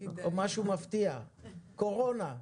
משהו מפתיע, קורונה,